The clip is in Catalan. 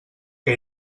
que